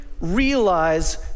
realize